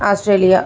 Australia